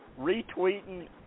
retweeting